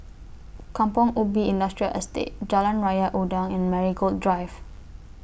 Kampong Ubi Industrial Estate Jalan Raja Udang and Marigold Drive